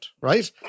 right